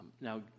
Now